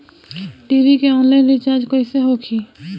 TV के online recharge कैसे होखी?